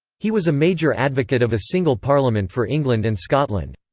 he was a major advocate of a single parliament for england and scotland.